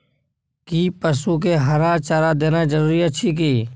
कि पसु के हरा चारा देनाय जरूरी अछि की?